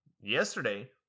Yesterday